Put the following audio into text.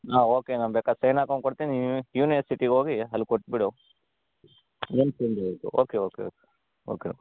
ಹಾಂ ಓಕೆ ನಾನು ಬೇಕಾದ್ರ್ ಸೈನ್ ಹಾಕೊಂಡ್ ಕೊಡ್ತೀನಿ ಯೂನಿವರ್ಸಿಟಿಗೆ ಹೋಗಿ ಅಲ್ಲಿ ಕೊಟ್ಟುಬಿಡು ನೆನಪಿಂದ ಹೋಗು okay okay okay okay okay